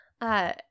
Uh-